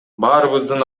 баарыбыздын